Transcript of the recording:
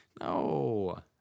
No